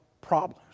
problems